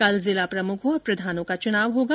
कल जिला प्रमुख और प्रधान का चुनाव होगा